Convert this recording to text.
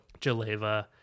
Jaleva